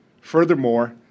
Furthermore